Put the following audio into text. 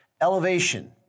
Elevation